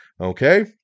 Okay